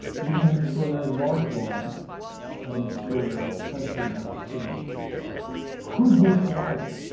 even an extraordinary large volume of an extraordinarily sensitive amount of material could be provided.